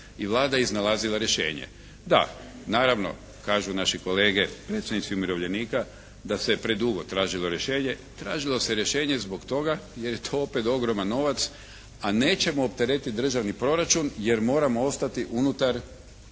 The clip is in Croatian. i Vlada je iznalazila rješenje. Da, naravno kažu naši kolege, predstavnici umirovljenika da se predugo tražilo rješenje. Tražilo se rješenje zbog toga jer je to opet ogroman novac, a nećemo opteretiti državni proračun jer moramo ostati unutar